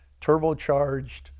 turbocharged